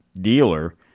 dealer